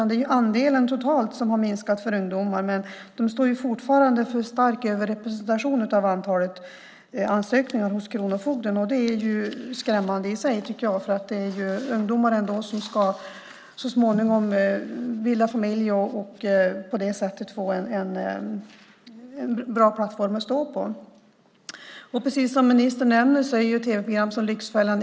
Det är andelen totalt som har minskat för ungdomar, men de står fortfarande för en stark överrepresentation när det gäller antalet ansökningar hos kronofogden. Det tycker jag är skrämmande i sig. Det handlar om ungdomar som så småningom ska bilda familj och få en bra plattform att stå på. Ministern nämner tv-program som Lyxfällan .